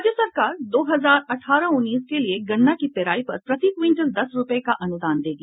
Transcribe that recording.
राज्य सरकार दो हजार अठारह उन्नीस के लिए गन्ना की पेराई पर प्रति क्यिंटल दस रूपये का अनुदान देगी